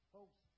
Folks